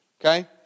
okay